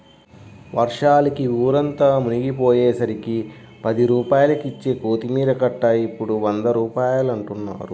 వర్షాలకి ఊరంతా మునిగిపొయ్యేసరికి పది రూపాయలకిచ్చే కొత్తిమీర కట్ట ఇప్పుడు వంద రూపాయలంటన్నారు